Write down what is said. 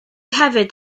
hefyd